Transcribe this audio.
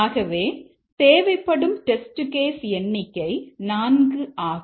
ஆகவே தேவைப்படும் test case எண்ணிக்கை 4 ஆகும்